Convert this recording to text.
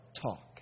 talk